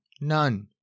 None